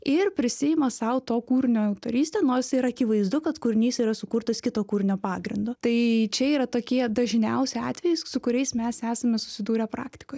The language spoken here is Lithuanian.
ir prisiima sau to kūrinio autorystę nors yra akivaizdu kad kūrinys yra sukurtas kito kūrinio pagrindu tai čia yra tokie dažniausi atvejai su kuriais mes esame susidūrę praktikoje